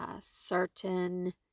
certain